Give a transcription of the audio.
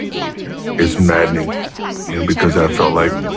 leaving is maddening because i felt like.